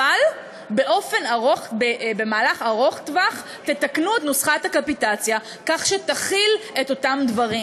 אבל במהלך ארוך טווח תתקנו את נוסחת הקפיטציה כך שתכיל את אותם דברים,